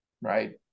Right